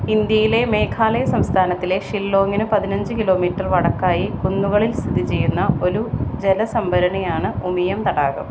ഇന്ത്യയിലെ മേഘാലയ സംസ്ഥാനത്തിലെ ഷില്ലോംഗിന് പതിനഞ്ച് കിലോമീറ്റർ വടക്കായി കുന്നുകളിൽ സ്ഥിതിചെയ്യുന്ന ഒരു ജലസംഭരണിയാണ് ഉമിയം തടാകം